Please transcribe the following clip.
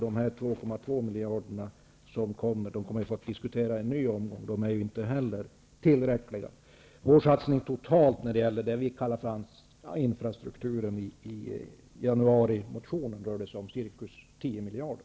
De 2,2 miljarderna i kompletteringspropositionen kommer vi naturligtvis att få diskutera i en ny omgång. Det beloppet är inte heller tillräckligt. Vår satsning i januarimotionen på det vi kallar för infrastruktur rör sig totalt om ca 10 miljarder.